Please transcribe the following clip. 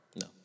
No